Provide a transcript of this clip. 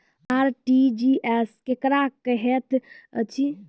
RTGS केकरा कहैत अछि?